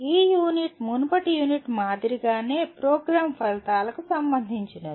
ఈ యూనిట్ మునుపటి యూనిట్ మాదిరిగానే ప్రోగ్రామ్ ఫలితాలకు సంబంధించినది